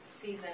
season